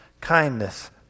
kindness